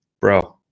bro